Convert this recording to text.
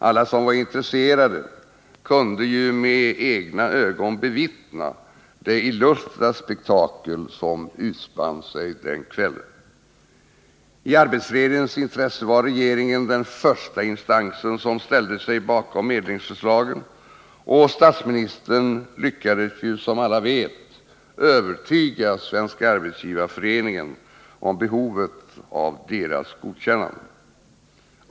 Alla som var intresserade kunde ju med egna ögon bevittna det illustra spektakel som utspann sig den kvällen. ”I arbetsfredens intresse” var regeringen den första instans som ställde sig bakom medlingsförslagen. Statsministern lyckades ju som alla vet övertyga Svenska arbetsgivareföreningen om behovet av dess godkännande.